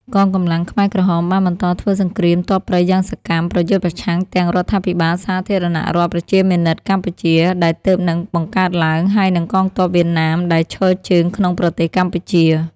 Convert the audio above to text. កងកម្លាំងខ្មែរក្រហមបានបន្តធ្វើសង្គ្រាមទ័ពព្រៃយ៉ាងសកម្ម ប្រយុទ្ធប្រឆាំងទាំងរដ្ឋាភិបាលសាធារណរដ្ឋប្រជាមានិតកម្ពុជា ដែលទើបនឹងបង្កើតឡើង ហើយនិងកងទ័ពវៀតណាមដែលឈរជើងក្នុងប្រទេសកម្ពុជា។